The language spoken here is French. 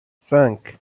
cinq